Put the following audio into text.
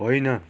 होइन